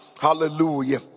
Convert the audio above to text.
hallelujah